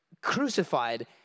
crucified